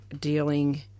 dealing